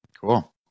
Cool